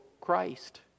Christ